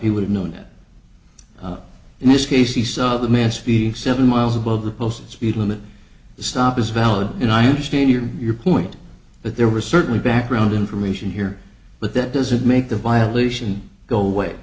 he would have known that in this case he saw the man speak seven miles above the posted speed limit the stop is valid and i understand your your point but there was certainly background information here but that doesn't make the violation go away